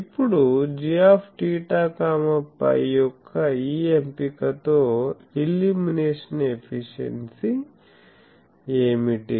ఇప్పుడు gθ φ యొక్క ఈ ఎంపికతో ఇల్యూమినేషన్ ఎఫిషియెన్సీ ఏమిటి